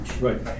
Right